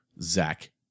Zach